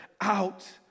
out